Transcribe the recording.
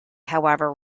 however